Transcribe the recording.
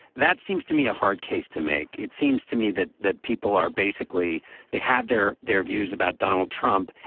that seems to me a hard case to make. it seems to me that that people are basically they have their their views about donald trump.